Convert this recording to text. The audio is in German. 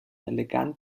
elegant